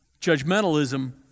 Judgmentalism